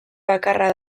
bakarra